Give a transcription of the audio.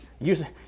usually